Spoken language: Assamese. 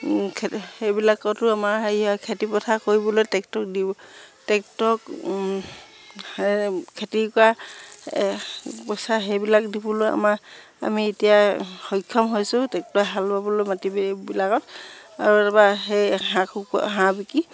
সেইবিলাকতো আমাৰ হেৰি হয় খেতি পথাৰ কৰিবলৈ ট্ৰেক্টৰ দিব ট্ৰেক্টৰক খেতি কৰা পইচা এই সেইবিলাক দিবলৈ আমাৰ আমি এতিয়া সক্ষম হৈছোঁ ট্ৰেক্টৰে হাল বাবলৈ মাটি বিলাকত আৰু তাৰপৰা সেই হাঁহ কুকুৱা হাঁহ বিকি